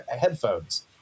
headphones